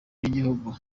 by’igihugu